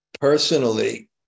Personally